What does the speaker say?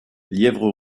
lièvre